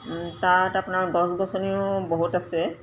তাত আপোনাৰ গছ গছনিও বহুত আছে